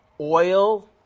oil